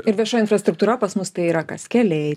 ir vieša infrastruktūra pas mus tai yra kas keliai